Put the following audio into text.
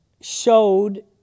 showed